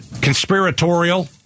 conspiratorial